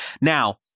Now